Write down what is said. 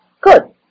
Good